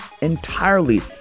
entirely